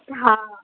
हा